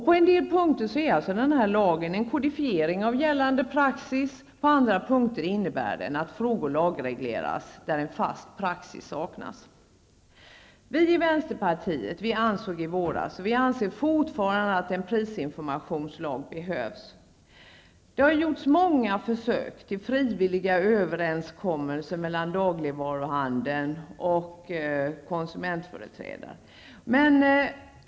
På en del punkter är lagen en kodifiering av gällande praxis, på andra punkter innebär den att frågor lagregleras där en fast praxis saknats. Vi i vänsterpartiet ansåg i våras och vi anser fortfarande att en prisinformationslag behövs. Det har gjorts många försök till frivilliga överenskommelser mellan dagligvaruhandeln och konsumentföreträdare.